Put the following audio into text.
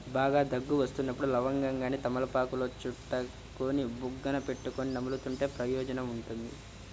బాగా దగ్గు వస్తున్నప్పుడు లవంగాన్ని తమలపాకులో చుట్టుకొని బుగ్గన పెట్టుకొని నములుతుంటే ప్రయోజనం ఉంటుంది